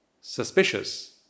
suspicious